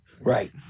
right